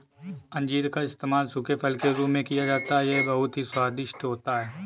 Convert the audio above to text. अंजीर का इस्तेमाल सूखे फल के रूप में किया जाता है यह बहुत ही स्वादिष्ट होता है